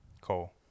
Cole